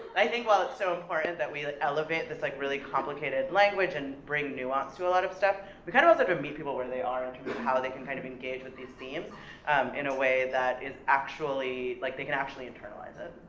i think while it's so important that we elevate this, like, really complicated language, and bring nuance to a lot of stuff, we kinda also have to meet people where they are, and how they can kind of engage with these themes in a way that is actually, like they can actually internalize it.